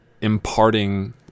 imparting